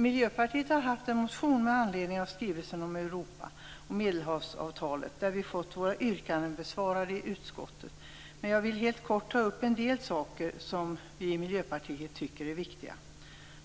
Miljöpartiet har väckt en motion med anledning av skrivelsen om Europa-Medelhavsinterimsavtalet, och våra yrkanden har besvarats i utskottets betänkande, men jag vill helt kort ta upp en del saker som vi i Miljöpartiet tycker är viktiga.